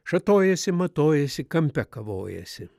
šatojasi matojasi kampe kavojasi